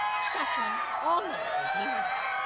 such an honor it is.